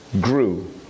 grew